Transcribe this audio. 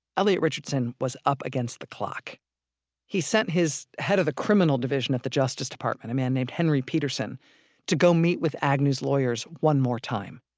elliot richardson was up against the clock he sent his head of the criminal division at the justice department a man named henry petersen to go meet with agnew's lawyers one more time.